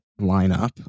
lineup